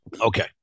Okay